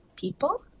people